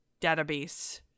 database